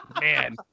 Man